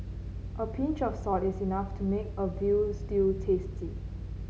a pinch of salt is enough to make a veal stew tasty